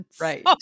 right